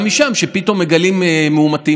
נא לשבת.